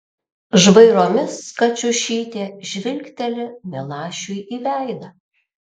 žvairomis kačiušytė žvilgteli milašiui į veidą